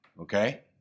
okay